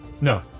No